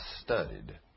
studied